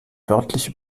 wörtlich